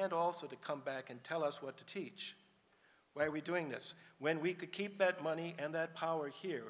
and also to come back and tell us what to teach why are we doing this when we could keep bad money and that power here